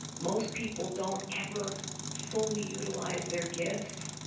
most people don't ever fully utilize their gifts.